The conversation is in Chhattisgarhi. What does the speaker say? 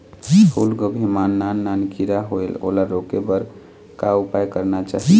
फूलगोभी मां नान नान किरा होयेल ओला रोके बर का उपाय करना चाही?